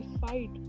fight